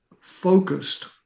focused